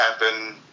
happen